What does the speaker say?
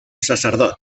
sacerdot